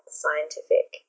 scientific